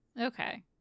Okay